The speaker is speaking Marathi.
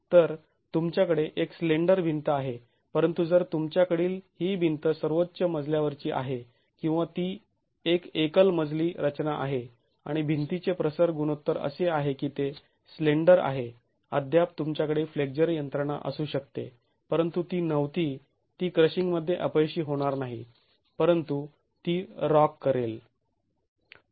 तर तुमच्याकडे एक स्लेंडर भिंत आहे परंतु जर तुमच्याकडील ही भिंत सर्वोच्च मजल्यावरची आहे किंवा ती एक एकल मजली रचना आहे आणि भिंतीचे प्रसर गुणोत्तर असे आहे की ते स्लेंडर आहे अद्याप तुमच्याकडे फ्लेक्झर यंत्रणा असू शकते परंतु ती नव्हती ती क्रशिंगध्ये अपयशी होणार नाही परंतु ती रॉक करेल